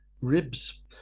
ribs